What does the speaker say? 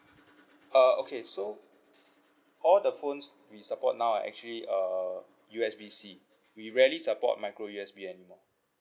uh okay so all the phones we support now are actually uh U_S_B C we rarely support micro U_S_B anymore